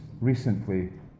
recently